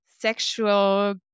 sexual